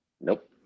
Nope